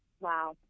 Wow